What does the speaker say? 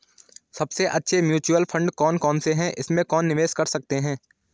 सबसे अच्छे mutual fund कौन कौनसे हैं इसमें कैसे निवेश कर सकते हैं?